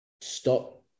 Stop